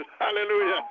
Hallelujah